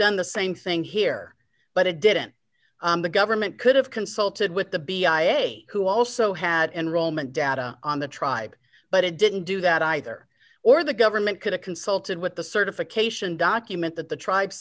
done the same thing here but it didn't the government could have consulted with the b i a who also had enrolment data on the tribe but it didn't do that either or the government could have consulted with the certification document that the tribe